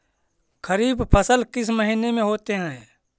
खरिफ फसल किस महीने में होते हैं?